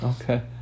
okay